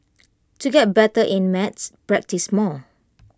to get better at maths practise more